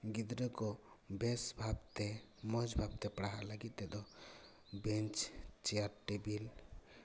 ᱜᱤᱫᱽᱨᱟᱹ ᱠᱚ ᱵᱮᱥ ᱵᱷᱟᱵ ᱛᱮ ᱢᱚᱡᱽ ᱵᱷᱟᱵ ᱛᱮ ᱯᱟᱲᱦᱟᱜ ᱞᱟᱹᱜᱤᱫ ᱛᱮᱫᱚ ᱵᱮᱧᱪ ᱪᱮᱭᱟᱨ ᱴᱤᱵᱤᱞ